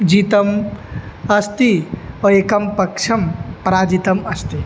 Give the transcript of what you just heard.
जितम् अस्ति प एकं पक्षं पराजितम् अस्ति